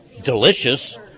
Delicious